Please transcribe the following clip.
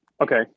Okay